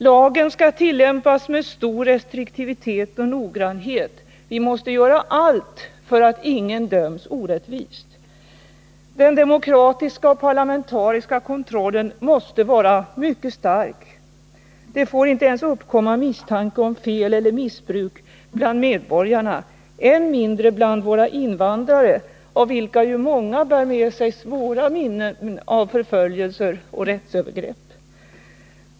Lagen skall tillämpas med stor restriktivitet och noggrannhet. Vi måste göra allt för att ingen döms orättvist. Den demokratiska och parlamentariska kontrollen måste vara mycket stark. Det får inte bland medborgarna uppkomma ens misstanke om fel eller missbruk, än mindre bland våra invandrare, av vilka många ju bär med sig svåra minnen av förföljelser och rättsövergrepp.